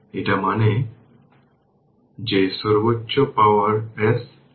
এটাও একটা প্রশ্ন